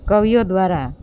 કવિઓ દ્વારા